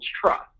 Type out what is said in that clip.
trust